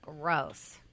Gross